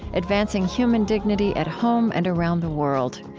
advancing human dignity at home and around the world.